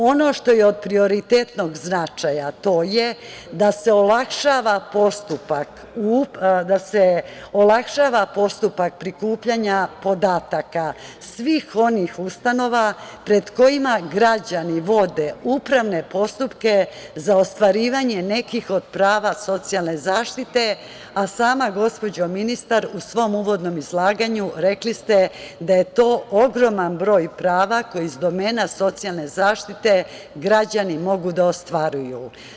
Ono što je od prioritetnog značaja, to je da se olakšava postupak prikupljanja podataka svih onih ustanova pred kojima građani vode upravne postupke za ostvarivanje nekih od prava socijalne zaštite, a sama gospođa ministar u svom uvodnom izlaganju rekli ste da je to ogroman broj prava koji iz domena socijalne zaštite građani mogu da ostvaruju.